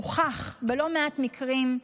הוכח בלא מעט מקרים,